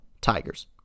Tigers